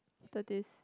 that is